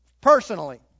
personally